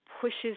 pushes